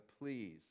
please